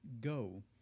go